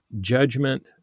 judgment